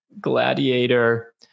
gladiator